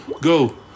go